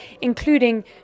including